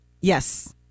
Yes